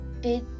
big